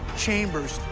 chambers,